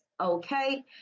Okay